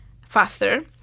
faster